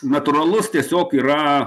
natūralus tiesiog yra